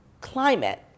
climate